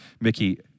Mickey